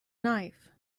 knife